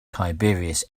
tiberius